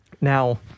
Now